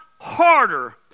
harder